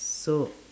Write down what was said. so